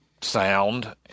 sound